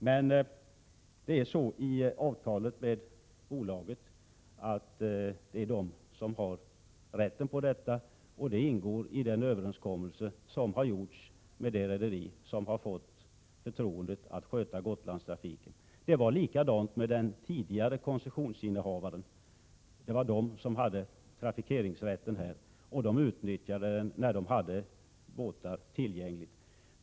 Men det är det rederi som fått förtroendet att sköta Gotlandstrafiken som har rätten till denna trafik. Det var likadant med den tidigare koncessionsinnehavaren. Det rederiet hade rätten att trafikera mellan Öland och Gotland, och man utnyttjade den rätten när man hade båtar tillgängliga.